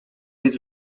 być